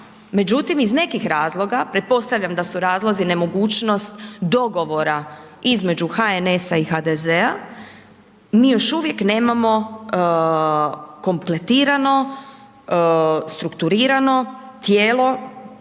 međutim iz nekih razloga, pretpostavljam da su razlozi nemogućnost dogovora između HNS-a i HDZ-a, mi još uvijek nekako kompletirano, strukturirano tijelo